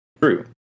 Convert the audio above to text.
True